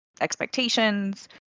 expectations